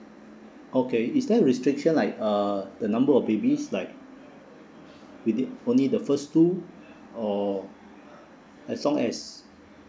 okay is there restriction like uh the number of babies like we need only the first two or as long as